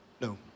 No